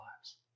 lives